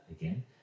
again